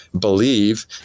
believe